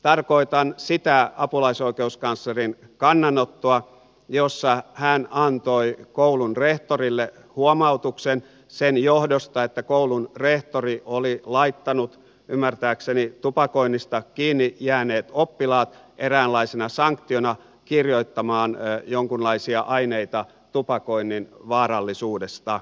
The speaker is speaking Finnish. tarkoitan sitä apulaisoikeuskanslerin kannanottoa jossa hän antoi koulun rehtorille huomautuksen sen johdosta että koulun rehtori oli laittanut ymmärtääkseni tupakoinnista kiinni jääneet oppilaat eräänlaisena sanktiona kirjoittamaan jonkunlaisia aineita tupakoinnin vaarallisuudesta